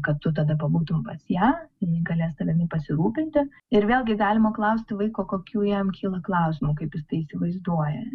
kad tu tada pabūtum pas ją jinai galės tavimi pasirūpinti ir vėlgi galima klausti vaiko kokių jam kyla klausimų kaip jis įsivaizduoja